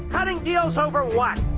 cutting deals over what?